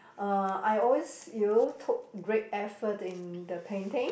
uh I always will took great effort in the painting